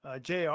Jr